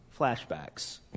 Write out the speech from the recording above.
flashbacks